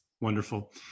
Wonderful